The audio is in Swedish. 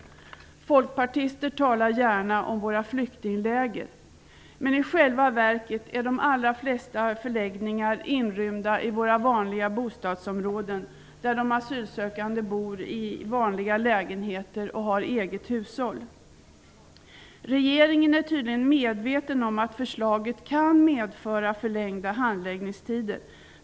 Folkpartister talar gärna om våra ''flyktingläger''. I själva verket är de allra flesta förläggningar inrymda i våra vanliga bostadsområden där de asylsökande bor i vanliga lägenheter och har eget hushåll. Regeringen är tydligen medveten om att förslaget kan medföra förlängda handläggningstider.